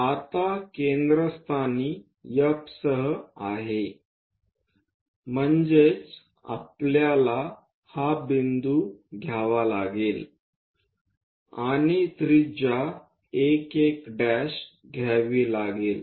आता केंद्रस्थानी F सह आहे म्हणजेच आपल्याला हा बिंदू घ्यावा लागेल आणि त्रिज्या 1 1' घ्यावी लागेल